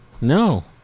No